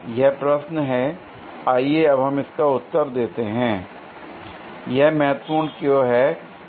यह प्रश्न है आइए अब हम इसका उत्तर देते हैं l यह महत्वपूर्ण क्यों है